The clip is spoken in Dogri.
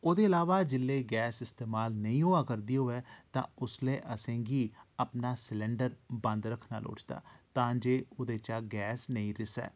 ते ओह्दे अलावा जेल्लै गैस इस्तेमाल नेईं होआ करदी होऐ तां उसलै असेंगी अपना सिलेंडर बंद रक्खना लोड़चदा तां जे ओह्दे चा गैस नेईं रिसै